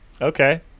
okay